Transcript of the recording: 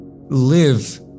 live